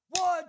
One